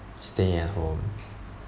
stay at home